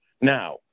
Now